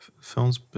films